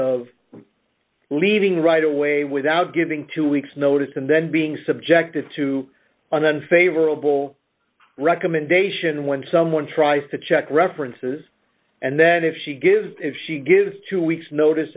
of leaving right away without giving two weeks notice and then being subjected to an unfavorable recommendation when someone tries to check references and then if she gives if she gives two weeks notice